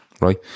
right